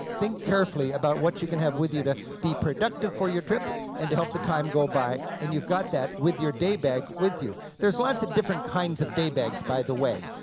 think carefully about what you can have with you to be productive for your trip and to help the time go by, and you've got that with your day bag, with you. there's lots of different kinds of day bags by the way,